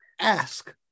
ask